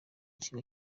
kigo